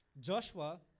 Joshua